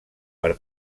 per